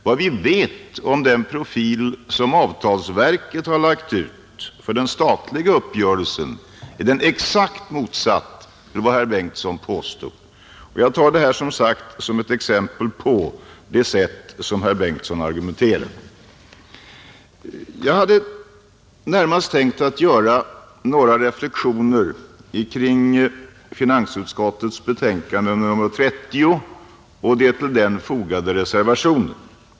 Vad vi vet om den profil som avtalsverket har lagt ut för den statliga uppgörelsen är exakt motsatt jämfört med vad herr Bengtson påstod. Jag nämner det här som ett exempel på det sätt på vilket herr Bengtson argumenterar, Jag hade närmast tänkt göra några reflexioner kring finansutskottets betänkande nr 30 och den till det fogade reservationen.